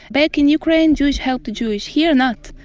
back in ukraine, jewish help the jewish, here not.